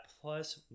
plus